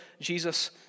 Jesus